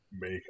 make